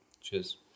Cheers